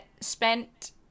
spent